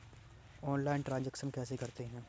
Online transaction कैसे करते हैं?